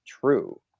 true